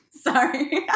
sorry